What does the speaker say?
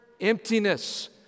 Emptiness